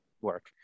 work